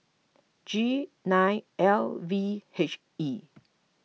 G nine L V H E